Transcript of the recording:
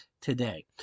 today